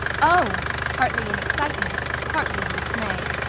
oh! partly in excitement, partly in dismay.